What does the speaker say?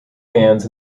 bands